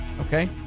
Okay